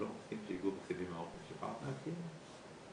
רוב הרבנים לא במקום --- הבנתי אותך